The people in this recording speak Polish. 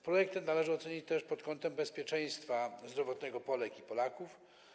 Projekt ten należy ocenić też pod kątem bezpieczeństwa zdrowotnego Polek i Polaków.